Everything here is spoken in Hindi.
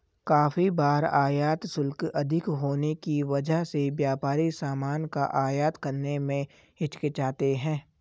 काफी बार आयात शुल्क अधिक होने की वजह से व्यापारी सामान का आयात करने में हिचकिचाते हैं